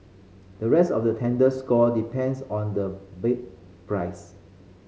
the rest of the tender score depends on the bed price